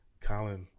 Colin